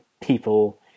people